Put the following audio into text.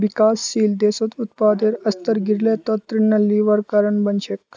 विकासशील देशत उत्पादेर स्तर गिरले त ऋण लिबार कारण बन छेक